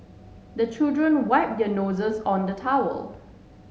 the children wipe their noses on the towel